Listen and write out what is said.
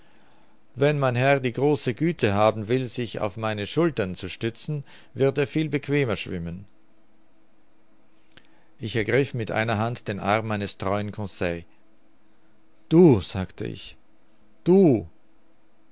wenn mein herr die große güte haben will sich auf meine schultern zu stützen wird er viel bequemer schwimmen ich ergriff mit einer hand den arm meines treuen conseil du sagte ich du